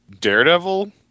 Daredevil